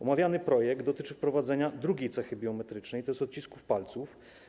Omawiany projekt dotyczy wprowadzenia drugiej cechy biometrycznej, tj. odcisków palców.